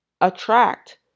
attract